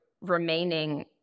remaining